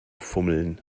fummeln